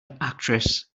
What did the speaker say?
actress